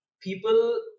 people